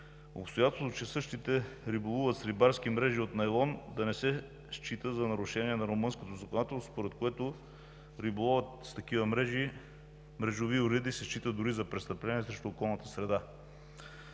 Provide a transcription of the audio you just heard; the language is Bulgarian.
Обстоятелството, че същите риболуват с рибарски мрежи от найлон, да не се счита за нарушение на румънското законодателство, за което риболовът с такива мрежови уреди се счита дори за престъпление срещу околната среда.